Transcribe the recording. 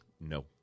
No